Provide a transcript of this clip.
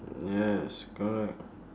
yes correct